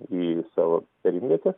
į savo perimvietę